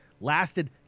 lasted